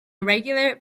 irregular